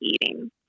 eating